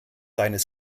seines